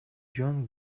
жөн